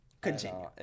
Continue